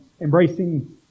embracing